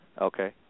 Okay